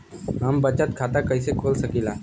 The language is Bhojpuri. हम बचत खाता कईसे खोल सकिला?